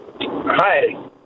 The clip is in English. Hi